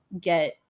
get